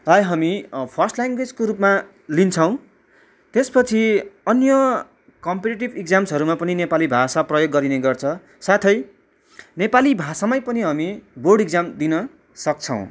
लाई हामी फर्स्ट ल्याङ्ग्वेजको रूपमा लिन्छौैँ त्यस पछि अन्य कम्पिटिटिभ इक्जाम्सहरूमा पनि नेपाली भाषा प्रयोग गरिने गर्छ साथै नेपाली भाषामा पनि हामी बोर्ड इक्जाम दिन सक्छौँ